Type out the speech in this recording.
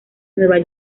nueva